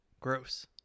Gross